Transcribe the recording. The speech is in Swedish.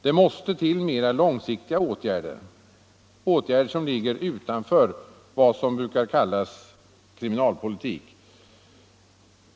Det måste till mera långsiktiga åtgärder, åtgärder som ligger utanför vad som brukar kallas kriminalpolitik.